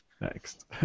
next